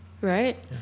right